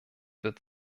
wird